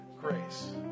grace